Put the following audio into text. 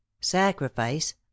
Sacrifice